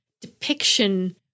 depiction